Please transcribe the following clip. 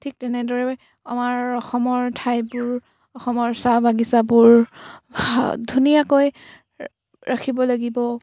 ঠিক তেনেদৰে আমাৰ অসমৰ ঠাইবোৰ অসমৰ চাহ বাগিচাবোৰ ধুনীয়াকৈ ভা ৰাখিব লাগিব